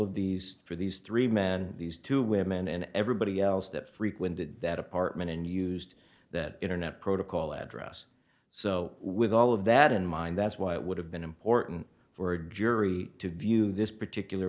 of these for these three men these two women and everybody else that frequented that apartment and used that internet protocol address so with all of that in mind that's why it would have been important for a jury to view this particular